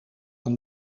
een